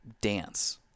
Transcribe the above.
dance